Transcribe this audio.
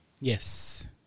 Yes